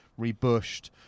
rebushed